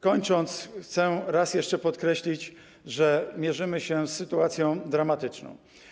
Kończąc, chcę raz jeszcze podkreślić, że mierzymy się z sytuacją dramatyczną.